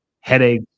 headache